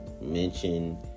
mention